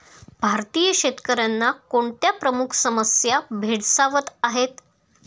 भारतीय शेतकऱ्यांना कोणत्या प्रमुख समस्या भेडसावत आहेत?